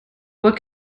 what